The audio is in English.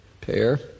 pair